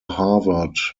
harvard